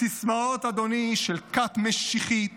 סיסמאות, אדוני, של כת משיחית